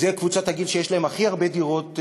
זו קבוצת הגיל שיש להם הכי הרבה דירות,